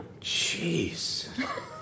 Jeez